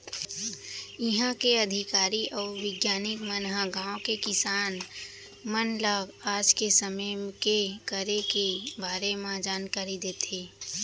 इहॉं के अधिकारी अउ बिग्यानिक मन ह गॉंव के किसान मन ल आज के समे के करे के बारे म जानकारी देथे